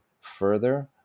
further